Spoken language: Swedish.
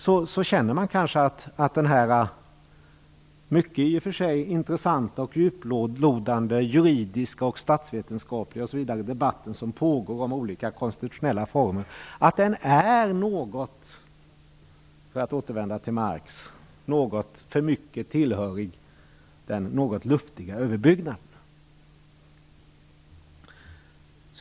Folk känner kanske att denna, i och för sig mycket intressanta, djuplodande juridiska och statsvetenskapliga debatt som pågår om olika konstitutionella former är något - för att återvända till Marx - för mycket tillhörig den något luftiga överbyggnaden.